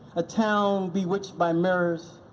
a town bewitched by mirrors,